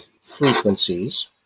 frequencies